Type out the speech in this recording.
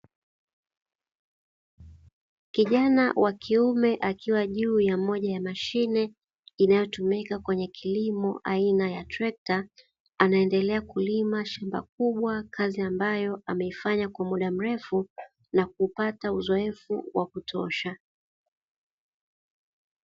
Kijana wa kiume akiwa juu ya moja ya mashine inayotumika kwenye kilimo aina ya trekta, anaendelea kulima shamba kubwa kazi ambayo ameifanya kwa muda mrefu na kupata uzoefu wa kutosha.